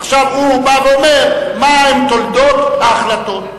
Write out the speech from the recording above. עכשיו הוא בא ואומר מהן תולדות ההחלטות,